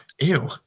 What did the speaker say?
ew